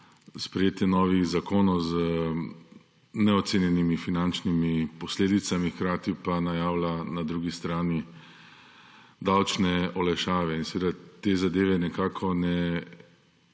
sprejetje novih zakonov z neocenjenimi finančnimi posledicami, hkrati pa najavlja na drugi strani davčne olajšave. Seveda te zadeve nekako,